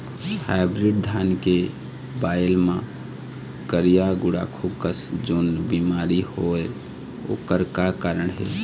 Hybrid धान के बायेल मां करिया गुड़ाखू कस जोन बीमारी होएल ओकर का कारण हे?